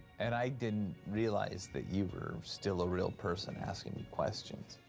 and i didn't realize that you were still a real person asking me questions.